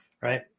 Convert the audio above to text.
Right